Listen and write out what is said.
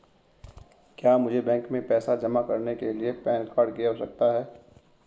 क्या मुझे बैंक में पैसा जमा करने के लिए पैन कार्ड की आवश्यकता है?